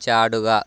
ചാടുക